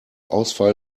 ausfall